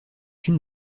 une